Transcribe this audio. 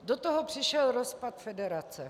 Do toho přišel rozpad federace.